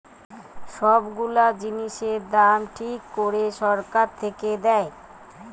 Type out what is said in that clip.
সব গুলা জিনিসের দাম ঠিক করে সরকার থেকে দেয়